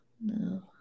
No